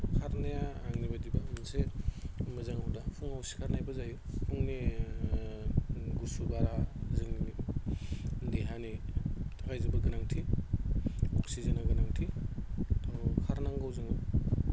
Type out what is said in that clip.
खारनाया आंनि बादिब्ला मोनसे मोजां हुदा फुङाव सिखारनायबो जायो फुंनि गुसु बारा जोंनि देहानि थाखाय जोबोद गोनांथि अक्सिजेननि गोनांथि थ' खारनांगौ जोङो